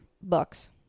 Books